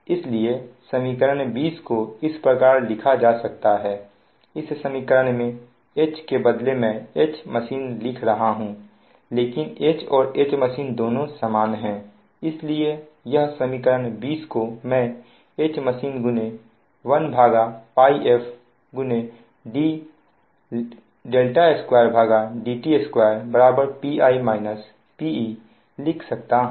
इसलिए समीकरण 20 को इस प्रकार लिखा जा सकता है इस समीकरण में H के बदले मैं Hmachine रख रहा हूं लेकिन H और Hmachine दोनों समान है इसलिए यह समीकरण 20 को मैं Hmachine 1Πf d2dt2 Pi -Pe लिख सकता हूं